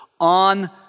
on